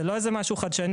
זה לא איזה משהו חדשני.